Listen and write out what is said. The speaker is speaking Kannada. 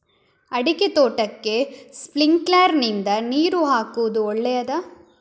ಅಡಿಕೆ ತೋಟಕ್ಕೆ ಸ್ಪ್ರಿಂಕ್ಲರ್ ನಿಂದ ನೀರು ಹಾಕುವುದು ಒಳ್ಳೆಯದ?